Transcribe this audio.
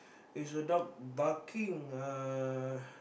is a dog barking uh